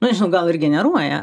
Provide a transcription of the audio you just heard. nežinau gal ir generuoja